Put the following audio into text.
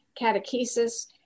catechesis